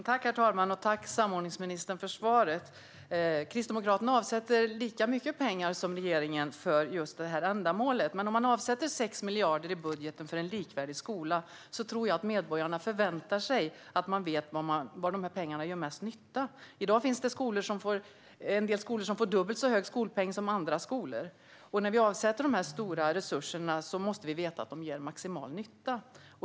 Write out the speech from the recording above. Herr talman! Tack, samordningsministern, för svaret! Kristdemokraterna avsätter lika mycket pengar som regeringen just för detta ändamål. Men om man i budgeten avsätter 6 miljarder för en likvärdig skola tror jag att medborgarna förväntar sig att man vet var pengarna gör mest nytta. I dag finns det skolor som får dubbelt så hög skolpeng som andra. När vi avsätter så här stora resurser måste vi veta att de ger maximal nytta.